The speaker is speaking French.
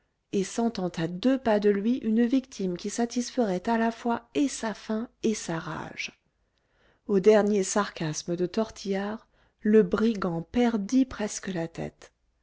et sentant à deux pas de lui une victime qui satisferait à la fois et sa faim et sa rage au dernier sarcasme de tortillard le brigand perdit presque la tête